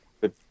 good